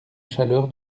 chaleur